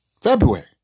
February